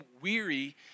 weary